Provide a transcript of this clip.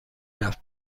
رفت